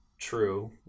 true